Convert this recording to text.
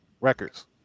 Records